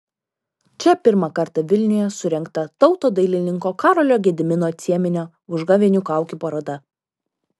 čia pirmą kartą vilniuje surengta tautodailininko karolio gedimino cieminio užgavėnių kaukių paroda